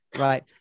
Right